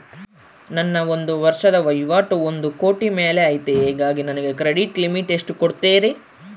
ನನ್ನ ಒಂದು ವರ್ಷದ ವಹಿವಾಟು ಒಂದು ಕೋಟಿ ಮೇಲೆ ಐತೆ ಹೇಗಾಗಿ ನನಗೆ ಕ್ರೆಡಿಟ್ ಲಿಮಿಟ್ ಎಷ್ಟು ಕೊಡ್ತೇರಿ?